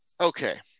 Okay